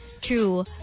True